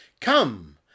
Come